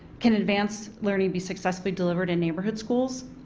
can advance learning be successfully delivered in neighborhood schools?